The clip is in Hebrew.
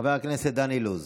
חבר הכנסת דן אילוז,